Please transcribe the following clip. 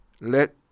let